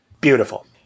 Beautiful